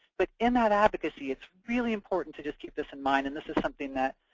but in that advocacy, it's really important to just keep this in mind and this is something that